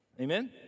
Amen